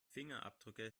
fingerabdrücke